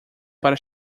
para